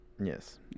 Yes